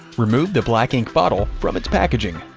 remove the black ink bottle from its packaging.